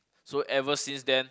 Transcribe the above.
so ever since then